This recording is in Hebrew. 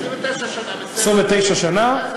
29 שנה, בסדר.